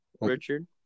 Richard